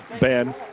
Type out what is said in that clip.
Ben